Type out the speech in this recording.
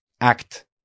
act